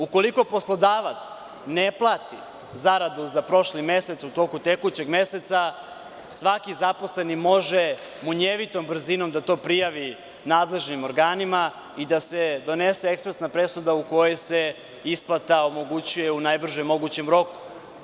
Ukolikoposlodavac ne plati zaradu za prošli mesec u toku tekućeg meseca, svaki zaposleni može munjevitom brzinom da to prijavi nadležnim organima i da se donese ekspresna presuda u kojoj se isplata omogućuje u najbržem mogućem roku.